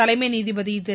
தலைமை நீதிபதி திரு